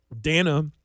Dana